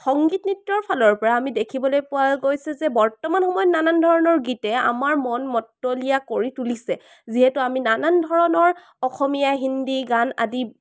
সংগীত নৃত্যৰ ফালৰ পৰা আমি দেখিবলৈ পোৱা গৈছে যে বৰ্তমান সময়ত নানান ধৰণৰ গীতে আমাৰ মন মতলীয়া কৰি তুলিছে যিহেতু আমি নানান ধৰণৰ অসমীয়া হিন্দি গান আদি